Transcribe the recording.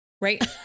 Right